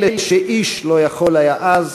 אלא שאיש לא יכול היה אז,